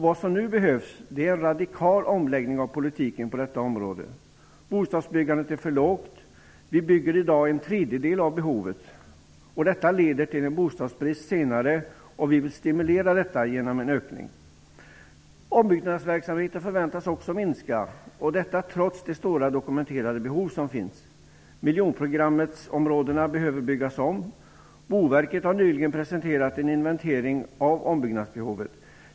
Vad som nu behövs är en radikal omläggning av politiken på detta område. Bostadsbyggandet är för lågt. Vi bygger i dag motsvarande en tredjedel av behovet. Detta leder till bostadsbrist senare. Vi vill stimulera en ökning av bostadsbyggandet. Också ombyggnadsverksamheten förväntas minska, trots att stora dokumenterade behov finns. Miljonprogramsområdena behöver byggas om. Boverket har nyligen presenterat en inventering av ombyggnadsbehovet.